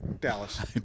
Dallas